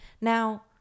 Now